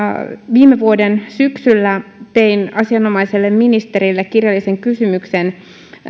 viime vuoden syksyllä tein asianomaiselle ministerille kirjallisen kysymyksen